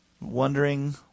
Wondering